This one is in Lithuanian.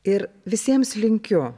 ir visiems linkiu